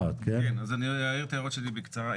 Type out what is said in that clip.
אני אעיר את ההערות שלי בקצרה.